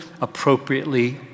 appropriately